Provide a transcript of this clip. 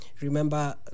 Remember